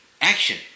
action